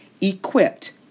equipped